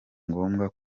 ngombwa